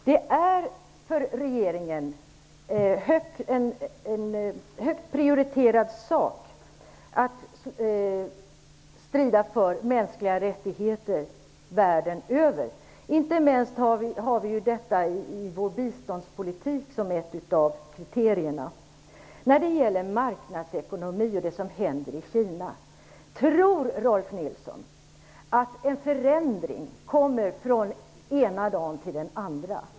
Det är för regeringen en högt prioriterad sak att strida för mänskliga rättigheter världen över, inte minst gäller detta i vår biståndspolitik som är ett av kriterierna. När det gäller marknadsekonomi och det som händer i Kina undrar jag om Rolf L Nilson tror att en förändring kommer från den ena dagen till den andra.